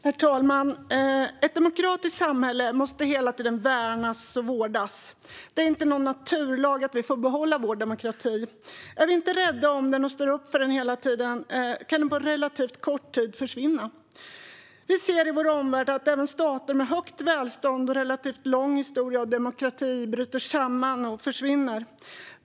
Herr talman! Ett demokratiskt samhälle måste hela tiden värnas och vårdas. Det är inte någon naturlag att vi får behålla vår demokrati - om vi inte är rädda om den och står upp för den hela tiden kan den på en relativt kort tid försvinna. Vi ser i vår omvärld att även stater med högt välstånd och relativt lång historia av demokrati bryter samman och försvinner.